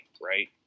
right